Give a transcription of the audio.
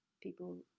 people